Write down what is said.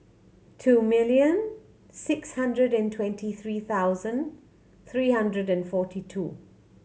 two million six hundred and twenty three thousand three hundred and forty two